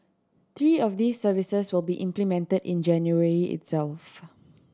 three of these services will be implemented in January itself